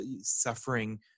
suffering